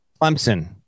Clemson